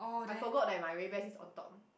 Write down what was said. I forgot that my Ray Ban is on top